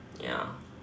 ya